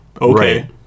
Okay